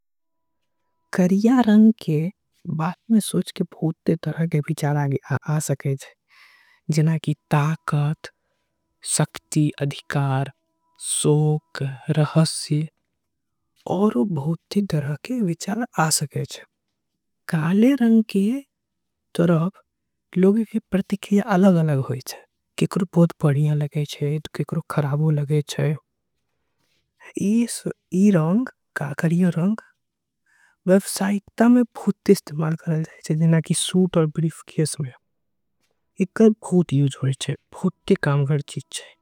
काला रंग के देखबहुत तरफ के विचार आ सके छे। जैसे शक्ति, अधिकार, शोक, रहस्य, ताकत के। आभास होय छीये औरो बहुते तरह के विचार आ सकेले। काले रंग के तरफ लोग के प्रक्रिया अलग होय छे। केकरो बहुत बढ़िया लगे छे त केकरो खराब लगे छीये।